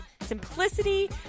simplicity